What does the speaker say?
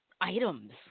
items